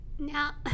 Now